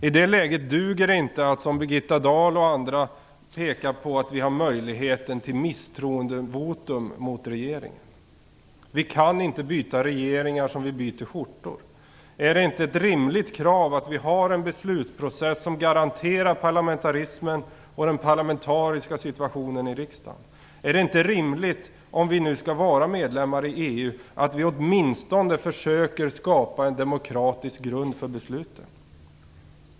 I det läget duger det inte att som bl.a. Birgitta Dahl peka på att vi har kvar möjligheten till misstroendevotum mot regeringen. Vi kan inte byta regeringar som vi byter skjortor. Är det inte ett rimligt krav att vi har en beslutsprocess som garanterar parlamentarismen och den parlamentariska situationen i riksdagen? Är det inte rimligt - om vi nu skall vara medlemmar i EU - att vi åtminstone försöker skapa en demokratisk grund för besluten?